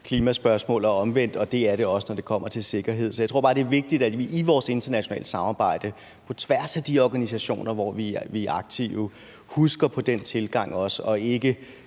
klimaspørgsmål og omvendt. Og at det er det også, når det kommer til sikkerhed. Så jeg tror bare, det er vigtigt, at vi i vores internationale samarbejde på tværs af de organisationer, hvor vi er aktive, også husker på den tilgang og ikke